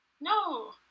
No